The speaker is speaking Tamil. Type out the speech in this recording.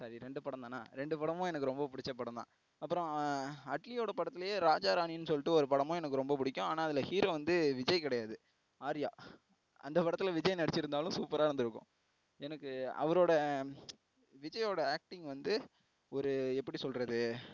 சாரி ரெண்டு படம் தானா ரெண்டு படமும் எனக்கு ரொம்ப பிடிச்ச படந்தான் அப்றம் அட்லியோடய படத்தில் ராஜா ராணின்னு சொல்லிட்டு ஒரு படமும் எனக்கு ரொம்ப பிடிக்கும் ஆனால் அதில் ஹீரோ வந்து விஜய் கிடையாது ஆர்யா அந்த படத்தில் விஜய் நடித்திருந்தாலும் சூப்பரா இருந்திருக்கும் எனக்கு அவரோட விஜய் ஓட ஆக்டிங் வந்து ஒரு எப்படி சொல்கிறது